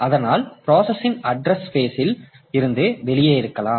அதனால் பிராசசின் address space இல் இருந்து வெளியே இருக்கலாம்